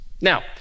Now